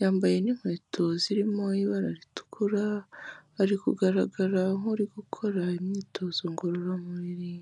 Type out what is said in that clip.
yambaye n'inkweto zirimo ibara ritukura, ari kugaragara nk'uri gukora imyitozo ngororamubiri.